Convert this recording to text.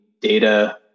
data